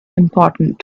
important